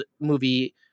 movie